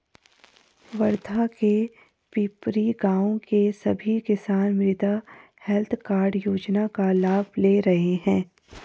वर्धा के पिपरी गाँव के सभी किसान मृदा हैल्थ कार्ड योजना का लाभ ले रहे हैं